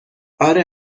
اره